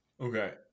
okay